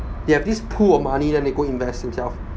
they have this pool of money then they go invest themselves